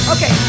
Okay